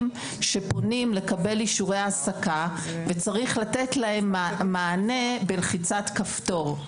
שפונים לקבל אישורי העסקה וצריך לתת להם מענה בלחיצת כפתור.